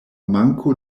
manko